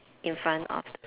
in front of